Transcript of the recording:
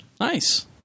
Nice